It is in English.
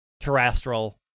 terrestrial